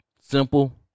Simple